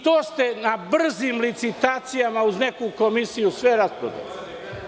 To ste na brzim licitacijama, uz neku komisiju, sve rasprodali.